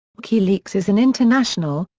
wikileaks is an international,